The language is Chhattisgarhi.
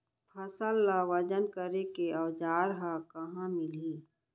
फसल ला वजन करे के औज़ार हा कहाँ मिलही?